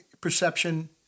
Perception